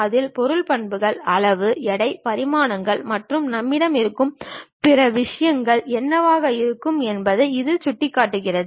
அதில் பொருள் பண்புகள் அளவு எடை பரிமாணங்கள் மற்றும் நம்மிடம் இருக்கும் பிற விஷயங்கள் என்னவாக இருக்கும் என்பதை இது காட்டுகிறது